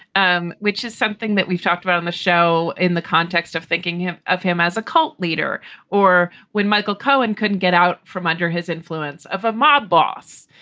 um which is something that we've talked about on the show in the context of thinking of him as a cult leader or when michael cohen couldn't get out from under his influence of a mob boss?